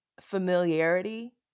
familiarity